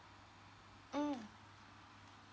mm